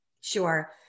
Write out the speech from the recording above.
Sure